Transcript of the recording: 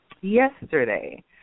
Yesterday